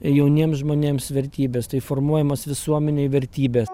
jauniems žmonėms vertybės tai formuojamas visuomenėj vertybės